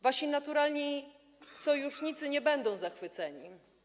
Wasi naturalni sojusznicy nie będą zachwyceni.